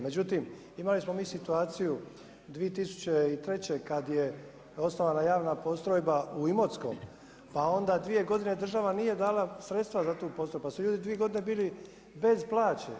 Međutim, imali smo mi situaciju 2003. kada je osnovana javna postrojba u Imotskom, pa onda dvije godine država nije dala sredstva za tu postrojbu, pa su ljudi 2 godine bili bez plaće.